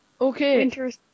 Okay